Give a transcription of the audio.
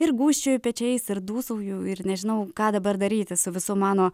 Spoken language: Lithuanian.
ir gūžčioju pečiais ir dūsauju ir nežinau ką dabar daryti su visu mano